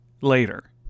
later